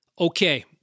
Okay